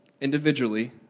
individually